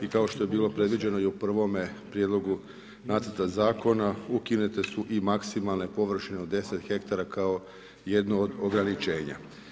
I kao što je bilo predviđeno i u prvome prijedlogu nacrta zakona, ukinute su i maksimalne površine od 10 hektara, kao jednu od ograničenja.